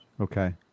Okay